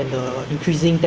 one or two centuries